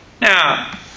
Now